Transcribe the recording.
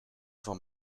van